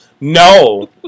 No